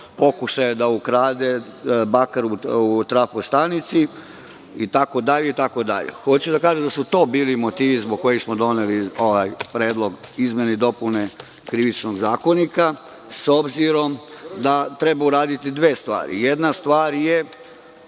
pokušaja da ukrade bakar u trafostanici itd, itd. Hoću da kažem da su to bili motivi zbog kojih smo doneli ovaj Predlog izmene i dopune Krivičnog zakonika, s obzirom da treba uraditi dve stvari. Jedna stvar je